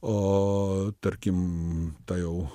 o tarkim ta jau